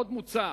עוד מוצע